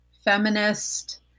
feminist